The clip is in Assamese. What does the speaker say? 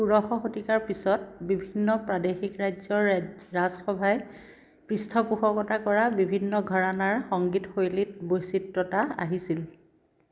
ষোড়শ শতিকাৰ পিছত বিভিন্ন প্ৰাদেশিক ৰাজ্যৰ ৰাজসভাই পৃষ্ঠপোষকতা কৰা বিভিন্ন ঘৰানাৰ সংগীত শৈলীত বৈচিত্ৰ্যতা আহিছিল